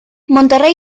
monterrey